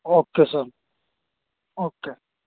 okay sir okay